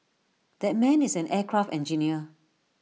that man is an aircraft engineer